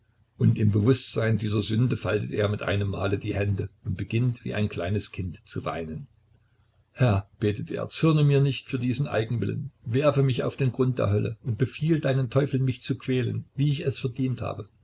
und im bewußtsein dieser sünde faltet er mit einem male die hände und beginnt wie ein kleines kind zu weinen herr betet er zürne mir nicht für diesen eigenwillen werfe mich auf den grund der hölle und befiehl deinen teufeln mich zu quälen wie ich es verdient habe